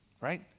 right